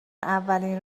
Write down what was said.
اولین